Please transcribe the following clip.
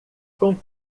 com